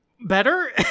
better